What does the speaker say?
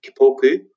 Kipoku